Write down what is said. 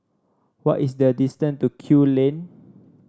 what is the distance to Kew Lane